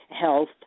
health